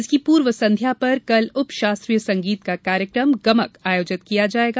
इसकी पूर्व संध्या पर कल उप शास्त्रीय संगीत का कार्यक्रम गमक आयोजित किया जायेगा